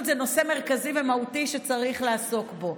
היא נושא מרכזי ומהותי שצריך לעסוק בו.